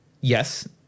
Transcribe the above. yes